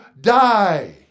die